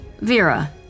Vera